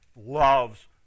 loves